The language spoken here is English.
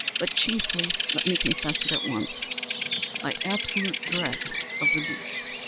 but chiefly let me confess it at once by absolute dread of the beast.